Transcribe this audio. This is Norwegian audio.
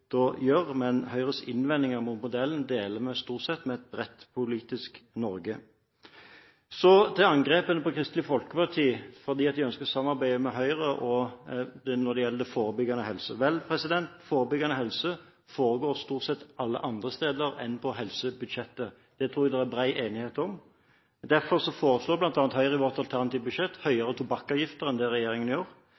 men Høyres innvendinger mot modellen deler vi stort sett med et bredt politisk Norge. Så til angrepene på Kristelig Folkeparti fordi de ønsker et samarbeid med Høyre når det gjelder forebyggende helse. Vel, forebyggende helse foregår stort sett alle andre steder enn på helsebudsjettet. Det tror jeg det er bred enighet om. Derfor foreslår bl.a. Høyre i vårt alternative budsjett